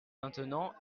maintenant